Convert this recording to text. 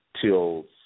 till